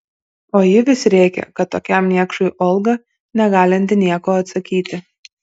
o ji vis rėkė kad tokiam niekšui olga negalinti nieko atsakyti